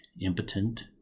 impotent